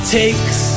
takes